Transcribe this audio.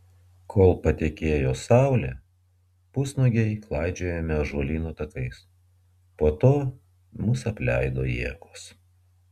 kol patekėjo saulė pusnuogiai klaidžiojome ąžuolyno takais po to mus apleido jėgos